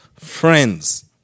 Friends